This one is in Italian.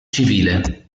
civile